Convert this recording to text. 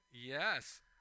Yes